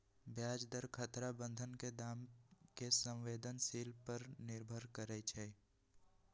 ब्याज दर खतरा बन्धन के दाम के संवेदनशील पर निर्भर करइ छै